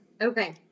Okay